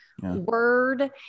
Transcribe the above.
word